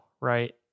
right